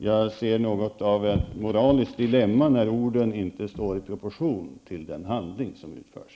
Jag ser något av ett moraliskt dilemma när orden inte står i proportion till den handling som utförs.